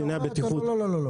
לא,